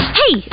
hey